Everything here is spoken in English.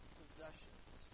possessions